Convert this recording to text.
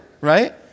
right